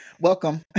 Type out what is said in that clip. welcome